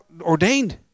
ordained